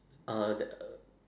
uh that uh